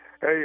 Hey